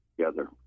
together